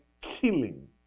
killing